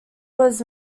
was